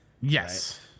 yes